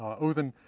odinn,